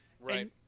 right